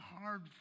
hard